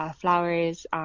flowers